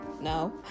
No